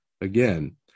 Again